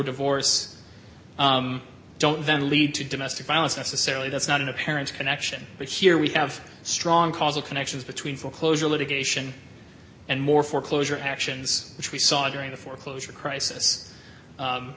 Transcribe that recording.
divorce don't then lead to domestic violence necessarily that's not an apparent connection but here we have strong causal connections between foreclosure litigation and more foreclosure actions which we saw during the foreclosure crisis